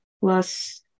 plus